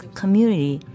community